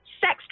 sex